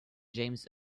james